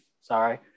sorry